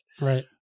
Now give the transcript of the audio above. Right